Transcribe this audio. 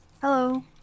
Hello